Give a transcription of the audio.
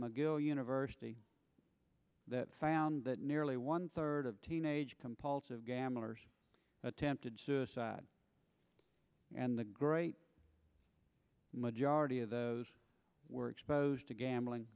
mcgill university that found that nearly one third teenage compulsive gamblers attempted suicide and the great majority of those were exposed to gambling